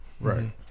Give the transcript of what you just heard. Right